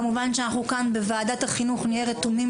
כמובן שאנחנו כאן בוועדת החינוך נהיה רתומים